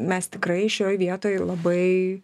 mes tikrai šioj vietoj labai